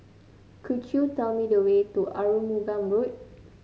could you tell me the way to Arumugam Road